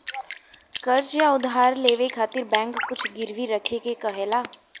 कर्ज़ या उधार लेवे खातिर बैंक कुछ गिरवी रखे क कहेला